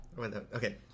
Okay